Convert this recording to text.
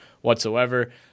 whatsoever